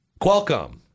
Qualcomm